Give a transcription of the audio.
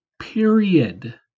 period